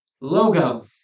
Logo